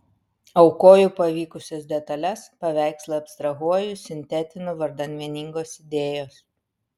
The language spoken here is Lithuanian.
aukoju pavykusias detales paveikslą abstrahuoju sintetinu vardan vieningos idėjos